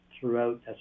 throughout